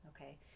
okay